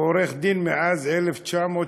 הוא עורך דין מאז 1987,